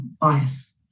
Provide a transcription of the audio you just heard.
bias